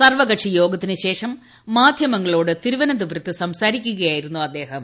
സർവകക്ഷിയോഗത്തിന് ശേഷം മാധ്യമങ്ങളോട് തിരുവനന്തപുരത്ത് സംസാരിക്കുകയായിരുന്നു അദ്ദേഹം